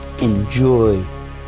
enjoy